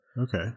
Okay